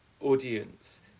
audience